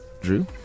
Drew